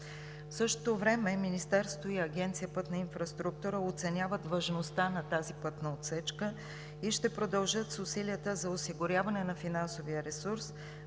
В същото време Министерството и Агенция „Пътна инфраструктура“ оценяват важността на тази пътна отсечка и ще продължат с усилията за осигуряване на финансовия ресурс